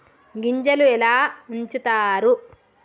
గింజలు ఎలా ఉంచుతారు?